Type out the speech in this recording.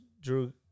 Drew